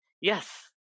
Yes